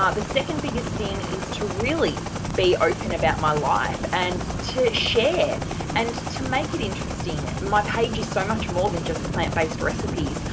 ah the second biggest thing is to really be open about my life and to share and to make it interesting. my page is so much more than just plant based recipes.